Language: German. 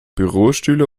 bürostühle